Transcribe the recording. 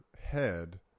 head